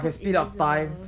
become invisible